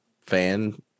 fan